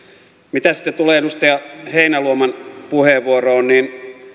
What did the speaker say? mitä sitten tulee edustaja heinäluoman puheenvuoroon niin